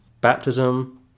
Baptism